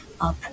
up